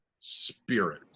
spirit